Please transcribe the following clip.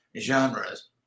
genres